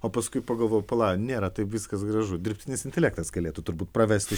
o paskui pagalvojau pala nėra taip viskas gražu dirbtinis intelektas galėtų turbūt pravesti